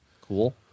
Cool